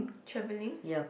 travelling